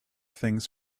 things